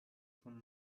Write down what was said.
von